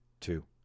two